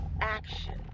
action